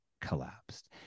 collapsed